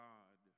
God